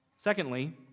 Secondly